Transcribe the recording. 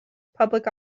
public